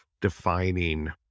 defining